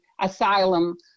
asylum